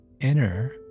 inner